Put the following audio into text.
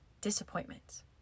disappointments